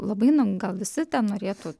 labai namų gal visi ten norėtų